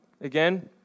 again